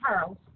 Charles